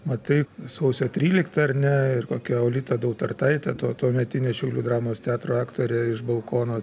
matai sausio tryliktą ar ne ir kokia olita dautartaitė to tuometinio šiaulių dramos teatro aktorė iš balkono